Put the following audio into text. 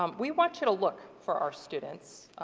um we want you to look for our students.